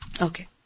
Okay